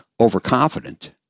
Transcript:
overconfident